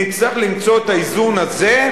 נצטרך למצוא את האיזון הזה,